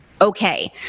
Okay